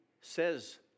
says